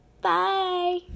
Bye